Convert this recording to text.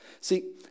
See